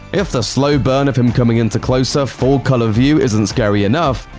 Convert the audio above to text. if the slow burn of him coming into closer, full-color view isn't scary enough,